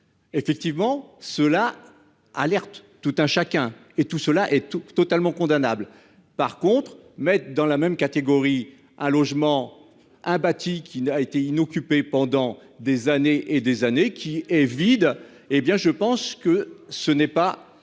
Effectivement cela. Alerte tout un chacun et tout cela et tout totalement condamnable. Par contre, mettre dans la même catégorie ah logement hein bâti qui n'a été inoccupée pendant des années et des années qu'il est vide. Eh bien je pense que ce n'est pas